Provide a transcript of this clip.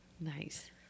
nice